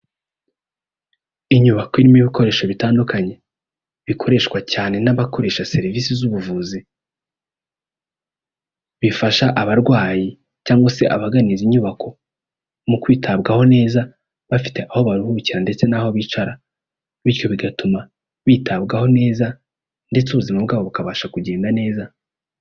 Inyubako irimo ibikoresho bitandukanye, bikoreshwa cyane n'abakoresha serivisi z'ubuvuzi, bifasha abarwayi, cyangwa se abagana izi nyubako, mu kwitabwaho neza bafite aho baruhukira, ndetse n'aho bicara, bityo bigatuma bitabwaho neza, ndetse ubuzima bwabo bukabasha kugenda neza.